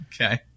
Okay